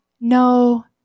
no